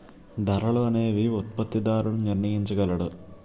ధరలు అనేవి ఉత్పత్తిదారుడు నిర్ణయించగలడు